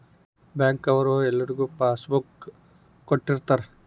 bank ಅವ್ರು ಎಲ್ರಿಗೂ passbook ಕೊಟ್ಟಿರ್ತರ